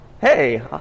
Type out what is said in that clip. Hey